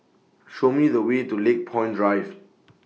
Show Me The Way to Lakepoint Drive